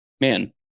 man